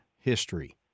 history